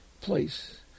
place